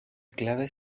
claves